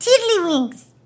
Tiddlywinks